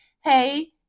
hey